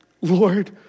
Lord